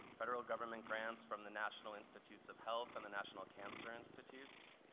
federal government grants from the national institutes of health and the national cancer institutes,